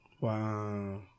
Wow